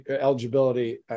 eligibility